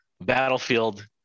Battlefield